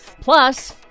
Plus